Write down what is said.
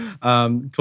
cool